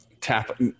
tap